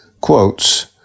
Quotes